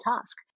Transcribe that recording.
task